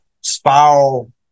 spiral